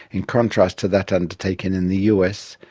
in contrast to that undertaken in the us,